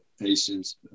patients